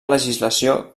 legislació